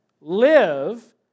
Live